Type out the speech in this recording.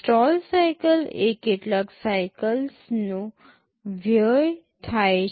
stall cycle એટલે કેટલાક સાઇકલ્સનો વ્યય થાય છે